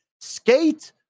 Skate